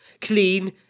clean